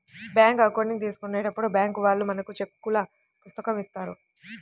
bank account తీసుకున్నప్పుడే bank వాళ్ళు మనకు చెక్కుల పుస్తకం ఇత్తారు